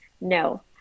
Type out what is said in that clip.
no